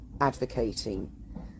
advocating